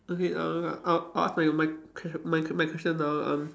okay I will uh I'll I'll my my ques~ my my question now um